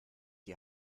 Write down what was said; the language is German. die